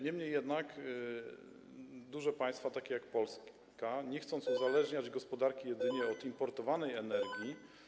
Niemniej jednak duże państwa, takie jak Polska, nie chcą uzależniać gospodarki jedynie od importowanej energii.